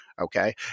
Okay